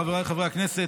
חבריי חברי הכנסת,